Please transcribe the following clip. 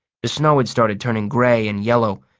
the snow had started turning gray and yellow,